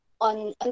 on